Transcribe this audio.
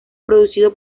producido